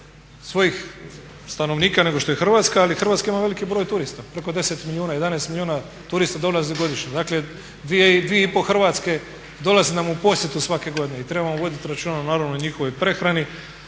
svojih stanovnika nego što je Hrvatska, ali Hrvatska ima veliki broj turista, preko 10 milijuna, 11 milijuna turista dolazi godišnje. Dakle dvije i pol Hrvatske dolaze nam u posjetu svake godine i trebamo vodit računa naravno o njihovoj prehrani.